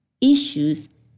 issues